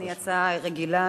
זאת הצעה רגילה,